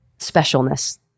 specialness